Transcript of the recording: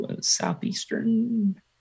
Southeastern